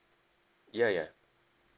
ya ya